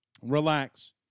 Relax